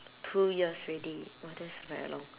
two years already !wah! that's very long